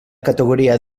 categoria